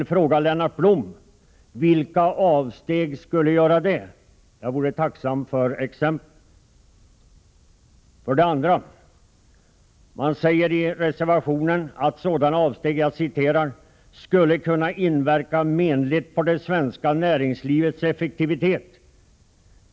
Jag frågar Lennart Blom: Vilka förslag skulle medföra sådana avsteg? Jag vore tacksam för exempel. 2. Det sägs i reservationen att dylika avsteg ”skulle kunna inverka menligt på det svenska näringslivets effektivitet”.